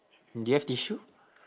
do you have tissue